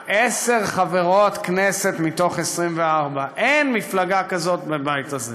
דרמטית: עשר חברות כנסת מתוך 24. אין מפלגה כזאת בבית הזה.